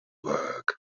work